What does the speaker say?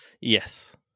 yes